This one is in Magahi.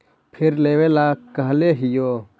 फिर लेवेला कहले हियै?